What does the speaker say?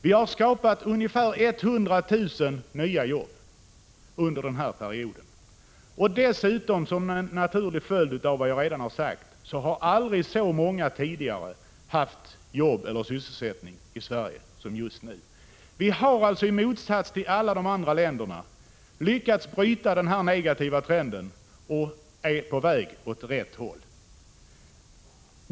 Vi har skapat ungefär 100 000 nya jobb under perioden. Dessutom har, som en naturlig följd härav, aldrig tidigare så många haft jobb eller sysselsättning i Sverige som just nu. Vi har alltså, i jämförelse med alla de andra länderna, lyckats bryta den negativa trenden och är på väg åt rätt håll.